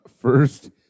first